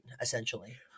essentially